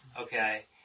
Okay